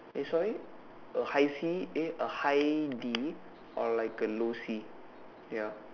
eh sorry a high C eh a high D or like a low C ya